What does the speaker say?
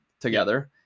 together